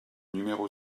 numéro